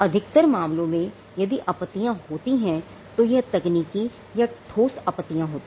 अधिकतर मामलों में यदि आपत्तियां होती हैं तो यह तकनीकी या ठोस आपत्तियां होती हैं